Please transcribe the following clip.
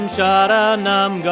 Sharanam